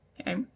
Okay